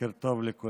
בוקר טוב לכולם.